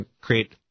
create